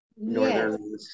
Northern